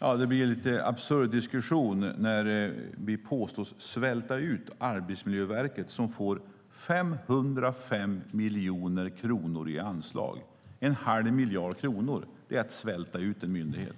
Herr talman! Det blir en lite absurd diskussion när vi påstås svälta ut Arbetsmiljöverket som får 505 miljoner kronor i anslag. Det är en halv miljard kronor, och det är att svälta ut en myndighet.